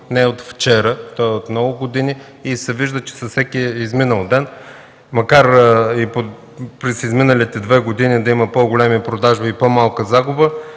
е от вчера, то е от много години. Вижда се, че с всеки изминат ден, макар и през изминалите две години да има по-големи продажби и по-малки загуби,